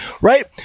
Right